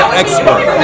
expert